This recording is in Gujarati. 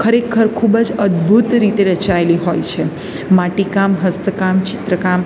ખેરખર ખૂબ જ અદભૂત રીતે રચાયેલી હોય છે માટીકામ હસ્તકામ ચિત્રકામ